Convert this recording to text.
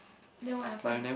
then what happen